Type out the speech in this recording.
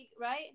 Right